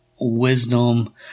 wisdom